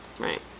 right